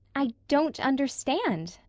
i don't understand,